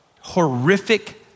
horrific